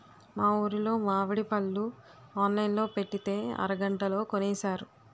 మా ఊరులో మావిడి పళ్ళు ఆన్లైన్ లో పెట్టితే అరగంటలో కొనేశారు